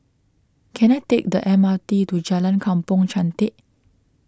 can I take the M R T to Jalan Kampong Chantek